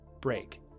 break